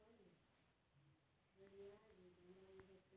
ನಗದು ಬೆಳಿ ಅಂದುರ್ ಲಾಭ ಆಗದ್ ಬೆಳಿ ಇವು ಮಾರ್ಕೆಟದಾಗ್ ಮಾರ ಸಲೆಂದ್ ಬೆಳಸಾ ಬೆಳಿಗೊಳ್ ಅವಾ